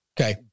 Okay